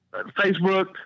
Facebook